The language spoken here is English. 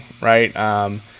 right